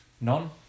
None